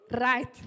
right